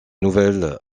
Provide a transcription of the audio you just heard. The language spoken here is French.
nouvel